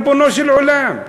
ריבונו של עולם,